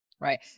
Right